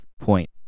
point